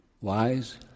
wise